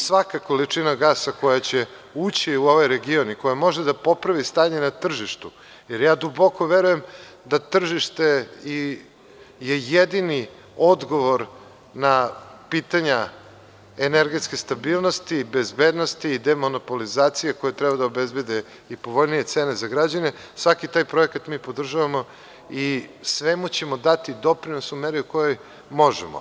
Svaka količina gasa koja će ući u ovaj region i koja može da popravi stanje na tržištu, jer ja duboko verujem da tržište je jedini odgovor na pitanja energetske stabilnosti, bezbednosti i demonopolizacije koje treba da obezbede i povoljnije cene za građane, svaki taj projekat mi podržavamo i svemu ćemo dati doprinos u meri u kojoj možemo.